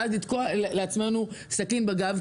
ואז לתקוע לעצמנו סכין בגב,